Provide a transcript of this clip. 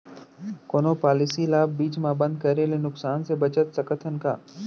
कोनो पॉलिसी ला बीच मा बंद करे ले नुकसान से बचत सकत हन का?